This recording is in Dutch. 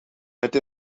het